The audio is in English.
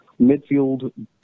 Midfield